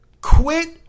Quit